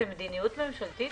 זו מדיניות ממשלתית,